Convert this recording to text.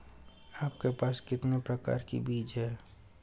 आपके पास कितने प्रकार के बीज हैं?